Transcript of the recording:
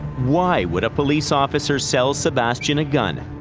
why would a police officer sell sebastian a gun?